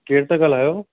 केर था ॻाल्हायो